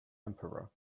emperor